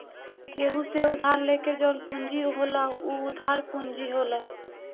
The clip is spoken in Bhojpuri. केहू से उधार लेके जवन पूंजी होला उ उधार पूंजी होला